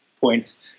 Points